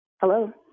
Hello